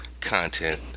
content